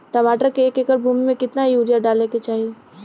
टमाटर के एक एकड़ भूमि मे कितना यूरिया डाले के चाही?